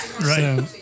Right